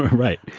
right.